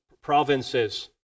provinces